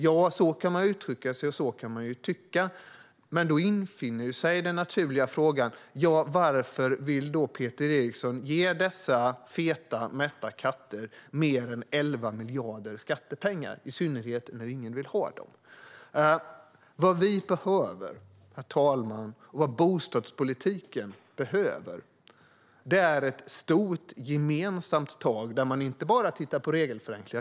Ja, så kan man uttrycka sig och tycka, men då infinner sig den naturliga frågan: Varför vill då Peter Eriksson ge dessa feta, mätta katter mer än 11 miljarder i skattepengar, i synnerhet när ingen vill ha dem? Vad vi och bostadspolitiken behöver, herr talman, är ett stort gemensamt tag där man inte bara tittar på regelförenklingar.